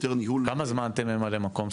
יותר ניהול --- כמה זמן אתם ממלאים מקום,